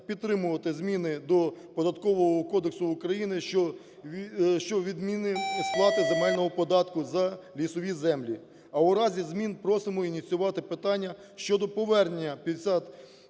підтримувати зміни до Податкового кодексу України щодо відміни сплати земельного податку за лісові землі. А у разі змін просимо ініціювати питання щодо повернення 50